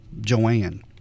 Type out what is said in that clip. Joanne